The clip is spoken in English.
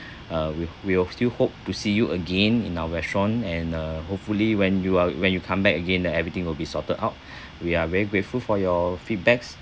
uh we we will still hope to see you again in our restaurant and uh hopefully when you are when you come back again that everything will be sorted out we are very grateful for your feedbacks